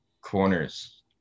corners